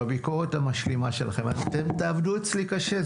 בביקורת המשלימה שלכם אתם תעבדו אצלי קשה,